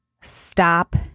stop